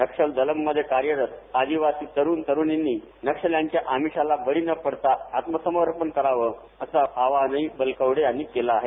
नक्षल दलममध्ये कार्यरत आदिवासी तरुण तरुणींनी नक्षल्यांच्या आमिषाला बळी न पडता आत्मसमर्पण करावं असं आवाहनही बलकवडे यांनी केलं आहे